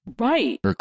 Right